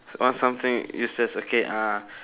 what something useless okay uh